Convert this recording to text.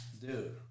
Dude